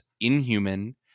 inhuman